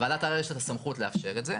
ועדת ערר, יש לה את הסמכות לאפשר את זה.